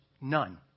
none